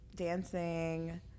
Dancing